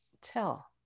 tell